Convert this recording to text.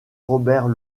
robert